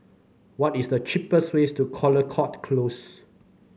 what is the cheapest ways to Caldecott Close